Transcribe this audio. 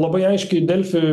labai aiškiai delfi